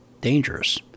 dangerous